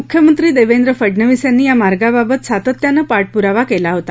मुख्यमंत्री देवेंद्र फडनवीस यांनी या मार्गाबाबत सातत्यानं पाठपुरावा केला होता